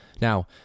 now